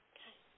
Okay